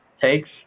takes